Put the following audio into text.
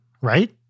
right